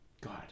God